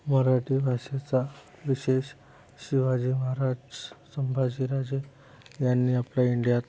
मराठी भाषेचा विशेष शिवाजी महाराज स संभाजीराजे यांनी आपल्या इंडियात